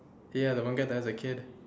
ya the one guy that has a kid